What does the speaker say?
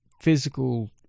physical